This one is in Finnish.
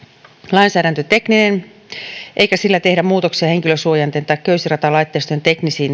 lainsäädäntötekninen eikä sillä tehdä muutoksia henkilönsuojainten tai köysiratalaitteistojen teknisiin